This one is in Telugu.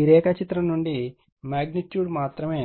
ఈ రేఖాచిత్రం నుండి మాగ్నిట్యూడ్ మాత్రమే